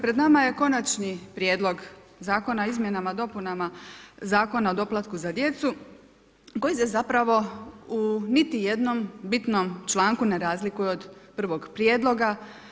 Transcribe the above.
Pred nama je konačni prijedlog zakona o izmjenama i dopunama Zakona o doplatku za djecu koji se zapravo u niti jednom bitnom članku ne razlikuje od prvog prijedloga.